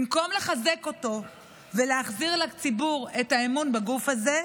במקום לחזק אותו ולהחזיר לציבור את האמון בגוף הזה,